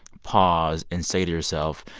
pause and say to yourself,